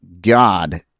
God